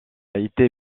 été